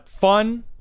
fun